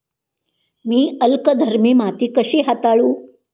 मी अल्कधर्मी माती कशी हाताळू?